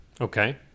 Okay